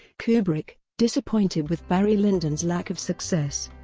kubrick, disappointed with barry lyndons lack of success,